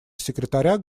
секретаря